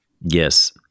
Yes